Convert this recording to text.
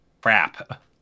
crap